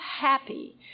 happy